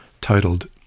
titled